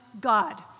God